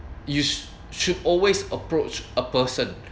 you should always approach a person